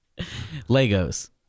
legos